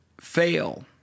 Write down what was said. fail